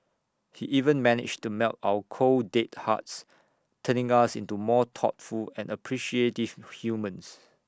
he even managed to melt our cold dead hearts turning us into more thoughtful and appreciative humans